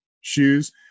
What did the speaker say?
shoes